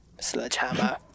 sledgehammer